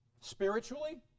spiritually